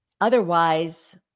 otherwise